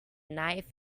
knife